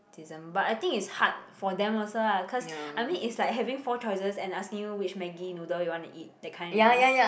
~tism but I think it's hard for them also lah cause I mean it's like having four choices and asking you which Maggi noodle you want to eat that kind you know